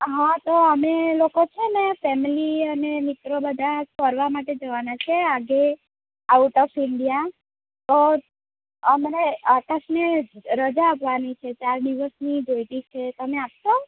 હાં તો અમે લોકો છે ને ફેમિલી અને મિત્રો બધાં ફરવા માટે જવાના છે આજે આઉટ ઓફ ઈન્ડિયા તો અમને આકાશને રજા આપવાની છે ચાર દિવસની જોઈતી છે તમે આપશો